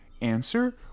answer